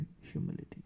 humility